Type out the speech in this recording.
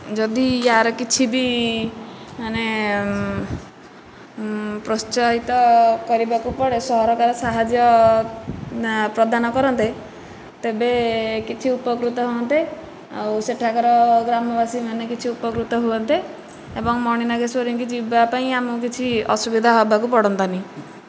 ଯଦି ୟାର କିଛି ବି ମାନେ ପ୍ରୋତ୍ସାହିତ କରିବାକୁ ପଡ଼େ ସରକାର ସାହାଯ୍ୟ ପ୍ରଦାନ କରନ୍ତେ ତେବେ କିଛି ଉପକୃତ ହୁଅନ୍ତେ ଆଉ ସେଠାକାର ଗ୍ରାମବାସୀ ମାନେ କିଛି ଉପକୃତ ହୁଅନ୍ତେ ଏବଂ ମଣି ନାଗେଶ୍ୱରୀଙ୍କି ଯିବା ପାଇଁ ଆମକୁ କିଛି ଅସୁବିଧା ହେବାକୁ ପଡ଼ନ୍ତାନି